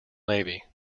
navy